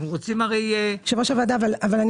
אנחנו הרי רוצים -- אבל,